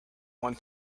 one